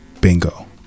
Bingo